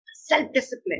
self-discipline